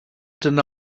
deny